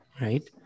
Right